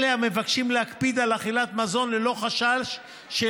אלה המבקשים להקפיד על אכילת מזון ללא חשש של